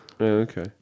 Okay